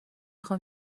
خوام